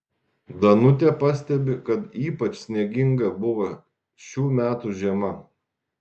danutė pastebi kad ypač snieginga buvo šių metų žiema